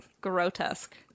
Grotesque